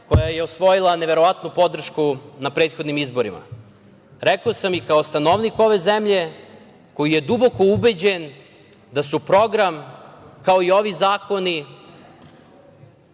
koje je osvojila neverovatnu podršku na prethodnim izborima, rekao sam i kao stanovnik ove zemlje koji je duboko ubeđen da su program, kao i ovi zakoni